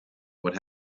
what